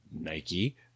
Nike